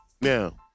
now